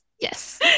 Yes